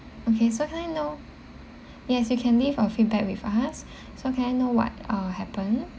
okay so can I know yes you can leave a feedback with us so can I know what uh happen